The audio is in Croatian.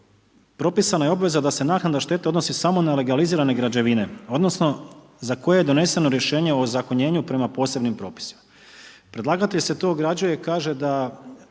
propisana je obveza da se naknada štete odnosi samo na legalizirane građevine, odnosno za koje je doneseno rješenje o ozakonjenju prema posebnim propisima. Predlagatelj se tu ograđuje, kaže da